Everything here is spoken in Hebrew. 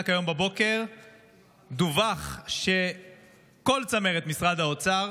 רק היום בבוקר דווח שכל צמרת משרד האוצר